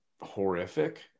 horrific